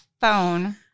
phone